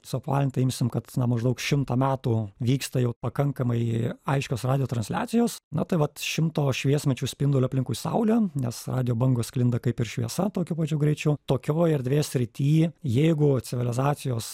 suapvalintai imsim kad na maždaug šimtą metų vyksta jau pakankamai aiškios radijo transliacijos na tai vat šimto šviesmečių spinduliu aplinkui saulę nes radijo bangos sklinda kaip ir šviesa tokiu pačiu greičiu tokioj erdvės srity jeigu civilizacijos